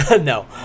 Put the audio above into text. No